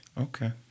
Okay